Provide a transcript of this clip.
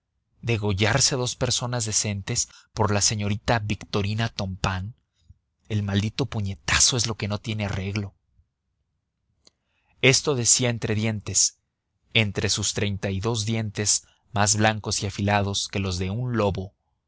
hora degollarse dos personas decentes por la señorita victorina tompain el maldito puñetazo es lo que no tiene arreglo esto decía entre dientes entre sus treinta y dos dientes más blancos y afilados que los de un lobo